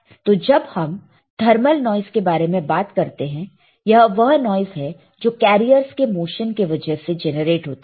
तो जब हम थर्मल नॉइस के बारे में बात करते हैं यह वह नॉइस है जो कैरियरस के मोशन के वजह से जेनरेट होता है